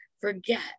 forget